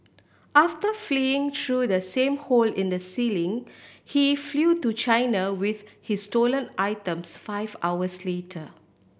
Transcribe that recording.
after fleeing through the same hole in the ceiling he flew to China with his stolen items five hours later